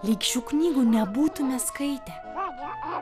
lyg šių knygų nebūtume skaitę